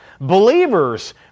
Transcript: Believers